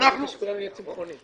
אז הוא יהיה צמחוני.